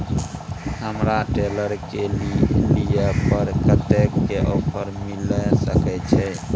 हमरा ट्रेलर के लिए पर कतेक के ऑफर मिलय सके छै?